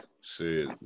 See